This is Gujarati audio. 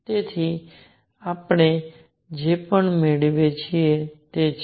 તેથી આપણે જે મેળવીએ છીએ તે છે